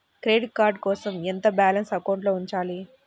Credit card కోసం ఎంత balance అకౌంట్లో ఉంచాలి?